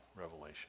revelation